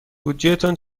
بودجهتان